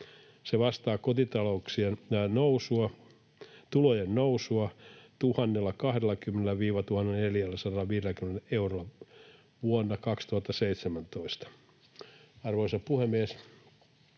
Se vastaa kotitalouksien tulojen nousua 1 020—1 450 eurolla vuonna 2017. Arvoisa puhemies!